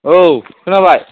औ खोनाबाय